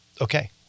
okay